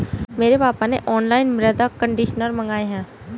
मेरे पापा ने ऑनलाइन मृदा कंडीशनर मंगाए हैं